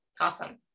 Awesome